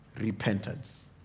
Repentance